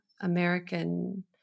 American